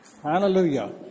Hallelujah